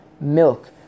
milk